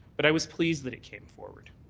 but i was pleased that it came forward.